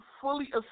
fully